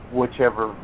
whichever